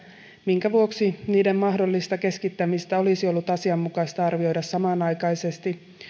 minkä vuoksi niiden mahdollista keskittämistä olisi ollut asianmukaista arvioida samanaikaisesti